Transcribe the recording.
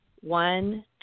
one